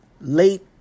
late